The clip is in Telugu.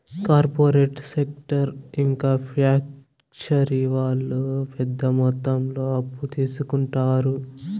కార్పొరేట్ సెక్టార్ ఇంకా ఫ్యాక్షరీ వాళ్ళు పెద్ద మొత్తంలో అప్పు తీసుకుంటారు